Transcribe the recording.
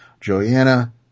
Joanna